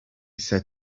said